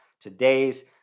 today's